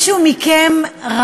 תודה